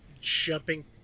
jumping